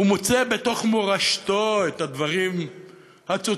ומוצא בתוך מורשתו את הדברים הצודקים,